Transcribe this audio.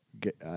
get